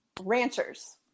ranchers